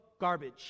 garbage